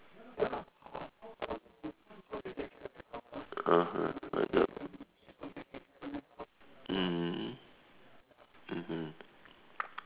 (uh huh) mm mmhmm